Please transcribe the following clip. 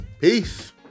Peace